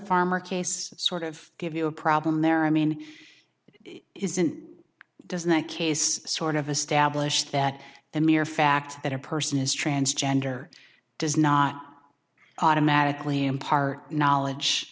farmer case sort of give you a problem there i mean isn't doesn't a case sort of a stablished that the mere fact that a person is transgender does not automatically impart knowledge